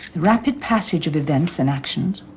rapid passage of events and actions,